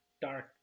dark